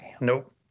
nope